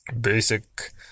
basic